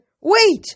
Wait